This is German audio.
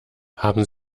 haben